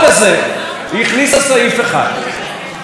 שנתפר למידותיו של אדם אחד ספציפי,